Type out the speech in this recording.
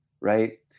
right